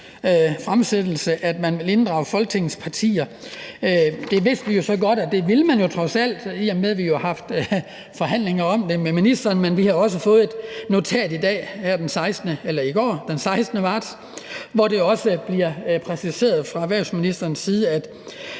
fremsættelsestale, at man vil inddrage Folketingets partier. Det vidste vi så godt at man trods alt ville, i og med at vi jo har haft forhandlinger om det med ministeren, men vi har også fået et notat her i dag eller rettere i går, den 16. marts, hvor det også bliver præciseret fra erhvervsministerens side, at